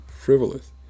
frivolous